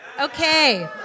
Okay